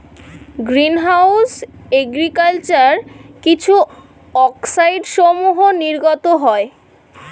green house agriculture কিছু অক্সাইডসমূহ নির্গত হয়